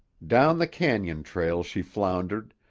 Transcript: down the canon trail she floundered,